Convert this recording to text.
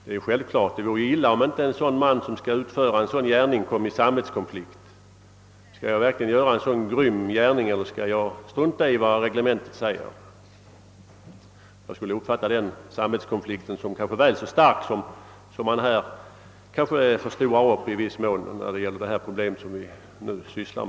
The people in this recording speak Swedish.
Det vore självklart illa om inte en person som skall utföra en sådan gärning råkade i samvetskonflikt. Skall jag göra en sådan grym gärning eller skall jag strunta i vad reglementet säger? Jag skulle tro att den samvetskonflikten är väl så stark som den samvetskonflikt som är förknippad med det spörsmål som vi nu behandlar och som här kanske i viss mån blivit uppförstorat.